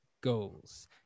goals